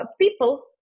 people